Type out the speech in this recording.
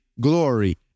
glory